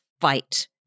fight